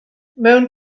mewn